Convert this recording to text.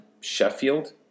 Sheffield